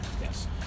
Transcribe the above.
yes